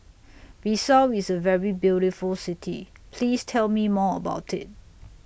Bissau IS A very beautiful City Please Tell Me More about IT